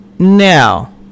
Now